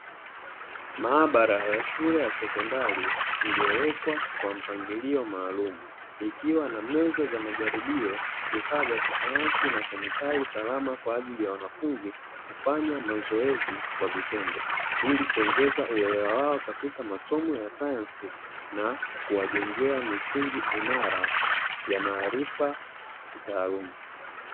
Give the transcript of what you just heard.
Maabara ya shule ya sekondari, iliyowekwa kwa mpangilio maalumu, ikiwa na meza za majaribio, vifaa vya kisayansi na kemikali salama kwa ajili ya wanafunzi kufanya mazoezi kwa vitendo ili kuongeza uelewa wao katika masomo ya sayansi, na kuwajengea misingi imara ya maarifa kitaaluma.